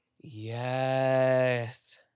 Yes